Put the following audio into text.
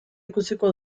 ikusiko